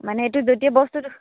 মানে এইটো বস্তুটো